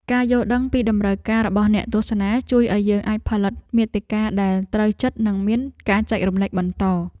ការយល់ដឹងពីតម្រូវការរបស់អ្នកទស្សនាជួយឱ្យយើងអាចផលិតមាតិកាដែលត្រូវចិត្តនិងមានការចែករំលែកបន្ត។